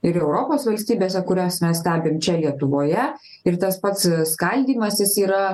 ir europos valstybėse kurias mes stebim čia lietuvoje ir tas pats skaldymasis yra